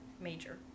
major